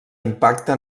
impacte